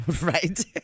Right